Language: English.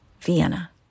Vienna